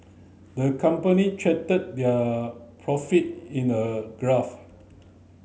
the company charted their profit in a graph